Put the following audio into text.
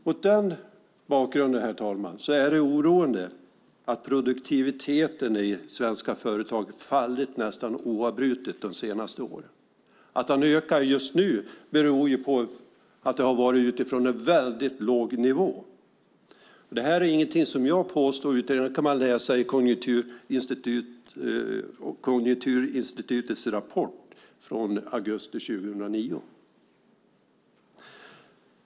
Mot den bakgrunden, herr talman, är det oroande att produktiviteten i svenska företag fallit nästan oavbrutet de senaste åren. Den ökar just nu, men det är från en väldigt låg nivå. Det här är ingenting som jag påstår, utan det kan man läsa i Konjunkturinstitutets rapport från augusti 2009.